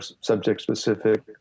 subject-specific